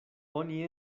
oni